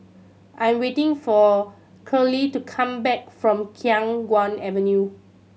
I am waiting for Keeley to come back from Khiang Guan Avenue